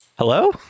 Hello